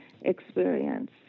experience